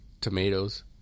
tomatoes